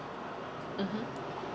mmhmm